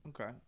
Okay